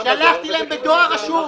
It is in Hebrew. שלחתי להם בדואר רשום,